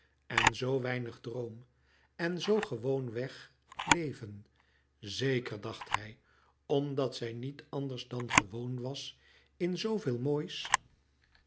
en zoo weinig droom en zoo gewoonweg leven zeker dacht hij omdat zij niet anders dan gewoon was in zooveel moois